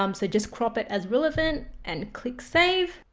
um so just crop it as relevant and click save,